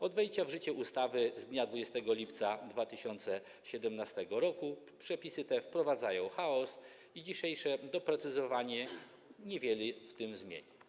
Od wejścia w życie ustawy z dnia 20 lipca 2017 r. przepisy te wprowadzają chaos i dzisiejsze doprecyzowanie niewiele w tym zakresie zmieni.